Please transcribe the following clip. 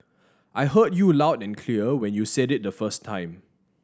I heard you loud and clear when you said it the first time